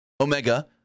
Omega